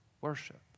worship